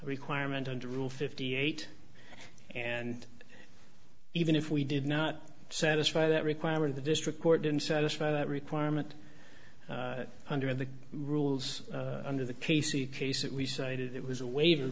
requirement under rule fifty eight and even if we did not satisfy that requirement the district court didn't satisfy that requirement under the rules under the p c case that we said it was a waiver